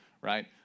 right